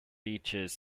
beaches